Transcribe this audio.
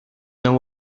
know